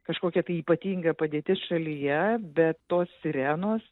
kažkokia tai ypatinga padėtis šalyje bet tos sirenos